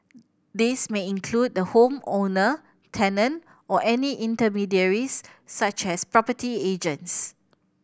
this may include the home owner tenant or any intermediaries such as property agents